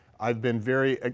i've been very ah